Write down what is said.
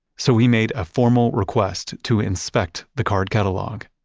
so he made a formal request to inspect the card catalog.